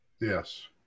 Yes